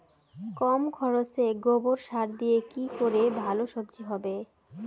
কম খরচে গোবর সার দিয়ে কি করে ভালো সবজি হবে?